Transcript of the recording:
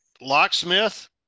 Locksmith